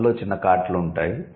ఇందులో చిన్న కార్ట్లు ఉంటాయి